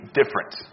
different